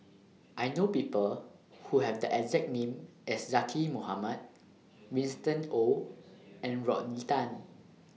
I know People Who Have The exact name as Zaqy Mohamad Winston Oh and Rodney Tan